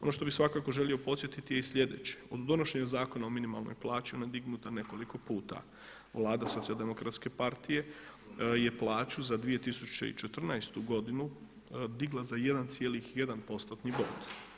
Ono što bih svakako želio podsjetiti je sljedeće, od donošenja Zakona o minimalnoj plaći, ona je dignuta nekoliko puta, Vlada Socijal-demokratske partije je plaću za 2014. godinu digla za 1,1%-tni bod.